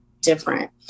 different